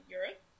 Europe